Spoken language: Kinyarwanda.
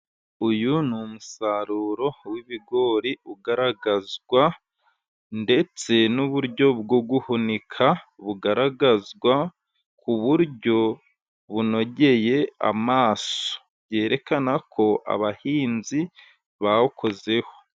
Uyu ni umusaruro w'ibigori ugaragazwa ndetse n'uburyo bwo guhunika bugaragazwa ku buryo bunogeye amaso, byerekana ko abahinzi bawukozeho.